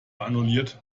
annulliert